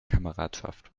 kameradschaft